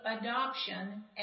adoption